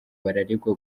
bararegwa